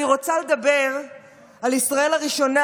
אני רוצה לדבר על ישראל הראשונה,